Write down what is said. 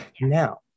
Now